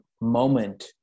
moment